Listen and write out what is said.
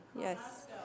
Yes